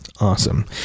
Awesome